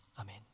Amen